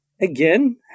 again